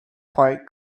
quite